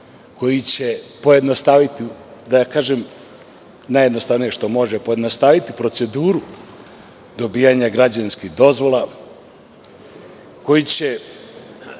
koji će pojednostaviti, da kažem najjednostavnije, što može pojednostaviti proceduru dobijanje građevinskih dozvola koji će